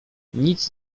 nic